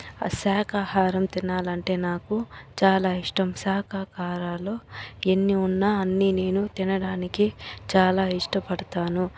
ఆ శాఖాహారం తినాలంటే నాకు చాలా ఇష్టం శాఖాహారాలు ఎన్ని ఉన్నా అన్ని నేను తినడానికి చాలా ఇష్టపడతాను